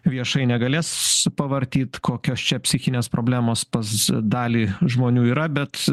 viešai negalės pavartyi kokios čia psichinės problemos pas dalį žmonių yra bet